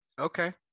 Okay